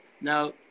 now